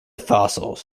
fossils